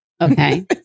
okay